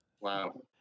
Wow